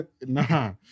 Nah